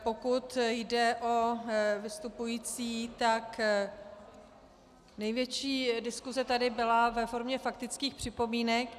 Pokud jde o vystupující, tak největší diskuse tady byla ve formě faktických připomínek.